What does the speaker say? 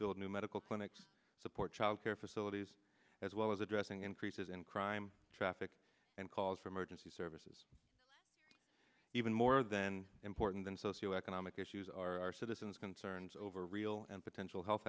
build new medical clinics support child care facilities as well as addressing increases in crime traffic and calls for emergency services even more than important than socioeconomic issues are citizens concerns over real and potential health